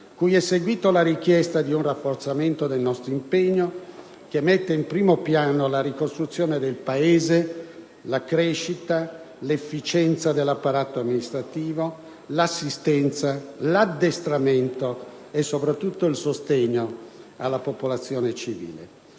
cui è seguita la richiesta di un rafforzamento del nostro impegno, che mette in primo piano la ricostruzione del Paese, la crescita, l'efficienza dell'apparato amministrativo, l'assistenza, l'addestramento e, soprattutto, il sostegno alla popolazione civile.